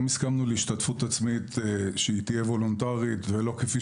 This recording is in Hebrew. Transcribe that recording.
גם הסכמנו להשתתפות עצמית שתהיה וולונטרית ולא כפי